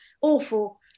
awful